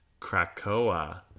Krakoa